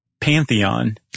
pantheon